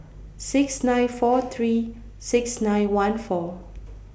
six nine four three six nine one four